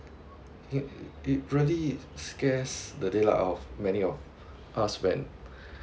it it it really scares the daylight of many of us when